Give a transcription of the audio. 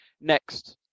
next